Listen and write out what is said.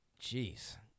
Jeez